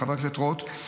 חבר הכנסת רוט,